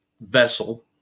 vessel